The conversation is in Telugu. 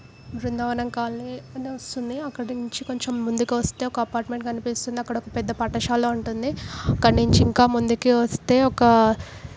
బృందావనం కాలనీ అని వస్తుంది అక్కడి నుంచి కొంచెం ముందుకి వస్తే ఒక అపార్ట్మెంట్ కనిపిస్తుంది అక్కడ ఒక పెద్ద పాఠశాల ఉంటుంది అక్కడ నుంచి ఇంకా ముందుకి వస్తే ఒక